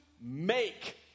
make